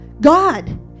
God